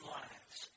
lives